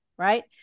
Right